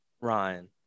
Ryan